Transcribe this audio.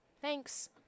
thanks